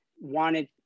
wanted